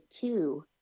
two